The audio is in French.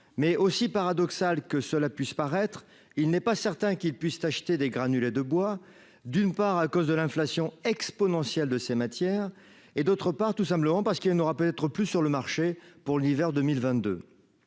mais aussi paradoxal que cela puisse paraître, il n'est pas certain qu'il puisse acheter des granulés de bois d'une part à cause de l'inflation exponentielle de ces matières et, d'autre part, tout simplement parce qu'il n'aura peut être plus sur le marché pour l'hiver 2022